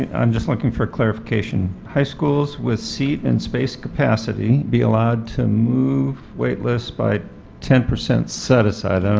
i'm just looking for clarification. high schools with seat and space capacity be allowed to move wait lists by ten percent satisfied. i